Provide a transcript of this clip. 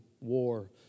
war